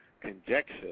conjecture